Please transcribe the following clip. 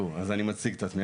אז אני מציג את עצמי,